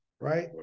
right